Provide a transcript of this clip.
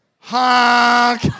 honk